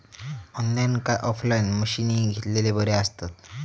Online काय offline मशीनी घेतलेले बरे आसतात?